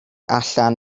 allan